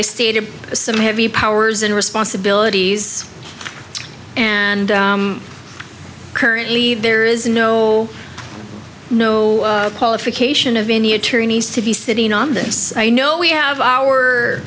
i stated some heavy powers and responsibilities and currently there is no no qualification of any attorneys to be sitting on that i know we have our